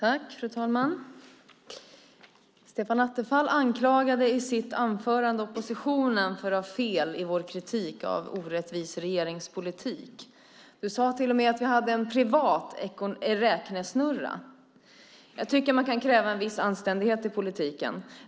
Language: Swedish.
Fru talman! Stefan Attefall anklagade i sitt anförande oss i oppositionen för att ha fel i vår kritik av en orättvis regeringspolitik. Han sade till och med att vi hade en privat räknesnurra. Jag tycker att man kan kräva viss anständighet i politiken.